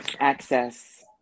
access